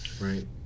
Right